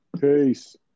Peace